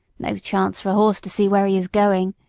no chance for a horse to see where he is going.